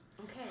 Okay